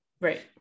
Right